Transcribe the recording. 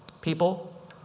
People